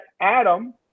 Adam